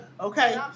Okay